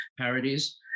parodies